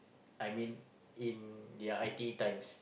I mean in their I_T_E times